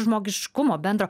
žmogiškumo bendro